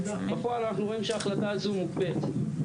בפועל אנחנו רואים שההחלטה הזו מוקפאת.